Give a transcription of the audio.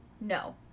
No